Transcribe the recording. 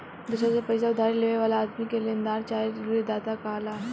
दोसरा से पईसा उधारी लेवे वाला आदमी के लेनदार चाहे ऋणदाता कहाला